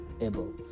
able